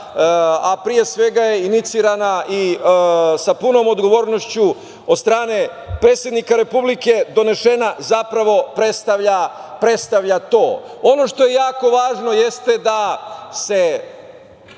a pre svega inicira sa punom odgovornošću od strane predsednika Republike donešena, zapravo predstavlja to. Ono što je jako važno jeste da se